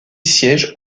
siège